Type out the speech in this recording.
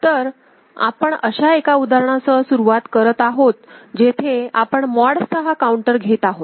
तर आपण अशा एका उदाहरणासह सुरुवात करतो जेथे आपण मॉड 6 काउंटर घेत आहोत